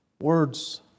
words